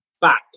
back